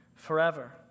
forever